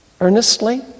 earnestly